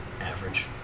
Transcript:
average